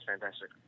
fantastic